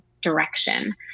direction